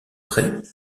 près